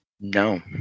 no